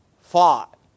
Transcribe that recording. fought